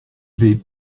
vais